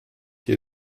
hier